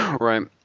right